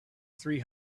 three